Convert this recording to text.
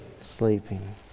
Sleeping